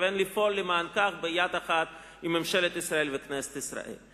שמתכוון לפעול למען כך ביד אחת עם ממשלת ישראל ועם כנסת ישראל.